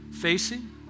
facing